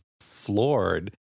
floored